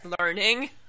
learning